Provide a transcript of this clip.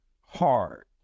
hard